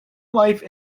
life